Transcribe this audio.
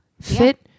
Fit